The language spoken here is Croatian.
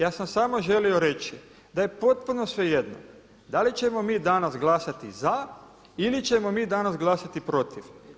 Ja sam samo želio reći da je potpuno svejedno da li ćemo mi danas glasati za ili ćemo mi danas glasati protiv.